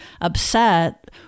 upset